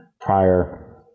prior